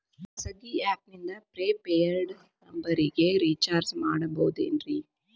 ಖಾಸಗಿ ಆ್ಯಪ್ ನಿಂದ prepaid ನಂಬರಿಗ ರೇಚಾರ್ಜ್ ಮಾಡಬಹುದೇನ್ರಿ?